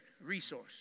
resource